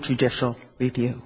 judicial review